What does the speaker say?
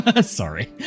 Sorry